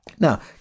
Now